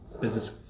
business